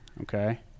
Okay